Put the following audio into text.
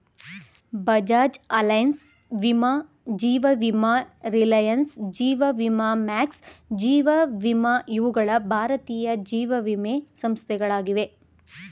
Bajaj Allianz, ಜೀವ ವಿಮಾ Reliance, ಜೀವ ವಿಮಾ ಮ್ಯಾಕ್ಸ್, ಜೀವ ವಿಮಾ ಇವುಗಳ ಭಾರತೀಯ ಜೀವವಿಮೆ ಸಂಸ್ಥೆಗಳಾಗಿವೆ